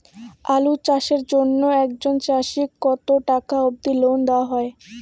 আলু চাষের জন্য একজন চাষীক কতো টাকা অব্দি লোন দেওয়া হয়?